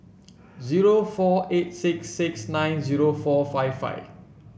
zero four eight six six nine zero four five five